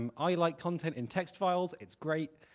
um i like content in text files. it's great.